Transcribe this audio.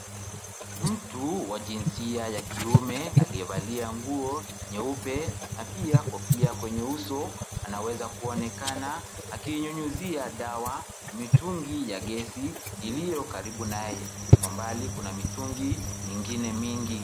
Mtu wa jinsia ya kiume, aliyevalia nguo nyeupe na pia kofia kwenye uso , anawezakuonekana akinyunyizia dawa ,mitungi ya gesi iliyo karibu naye. Kwa mbali kuna mitungi mingine mingi.